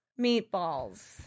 meatballs